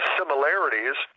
similarities